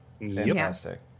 Fantastic